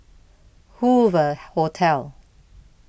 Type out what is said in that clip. Hoover Hotel